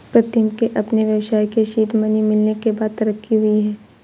प्रीतम के अपने व्यवसाय के सीड मनी मिलने के बाद तरक्की हुई हैं